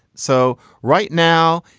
so right now,